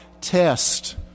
test